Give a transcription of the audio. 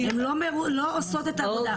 הן לא עושות את העבודה.